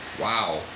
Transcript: Wow